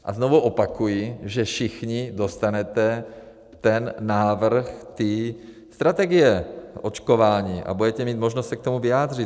A znovu opakuji, že všichni dostanete ten návrh strategie očkování a budete mít možnost se k tomu vyjádřit.